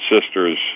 Sisters